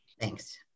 Thanks